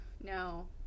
no